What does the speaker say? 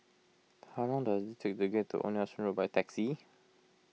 how long does it take to get to Old Nelson Road by taxi